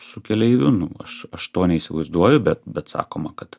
su keleiviu nu aš aš to neįsivaizduoju bet bet sakoma kad